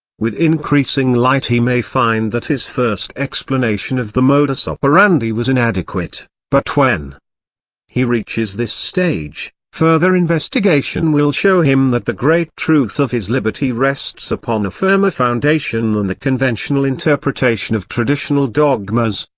with increasing light he may find that his first explanation of the modus operandi was inadequate but when he reaches this stage, further investigation will show him that the great truth of his liberty rests upon a firmer foundation than the conventional interpretation of traditional dogmas,